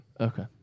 Okay